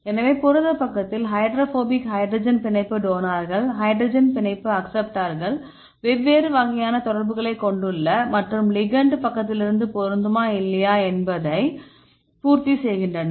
எனவே புரதப் பக்கத்தில் ஹைட்ரோபோபிக் ஹைட்ரஜன் பிணைப்பு டோனார்கள் ஹைட்ரஜன் பிணைப்பு அக்சப்ட்டார்கள் வெவ்வேறு வகையான தொடர்புகளைக் கொண்டுள்ளன மற்றும் லிகெண்ட் பக்கத்திலிருந்து பொருந்துமா இல்லையா என்பதைப் பூர்த்திசெய்கின்றன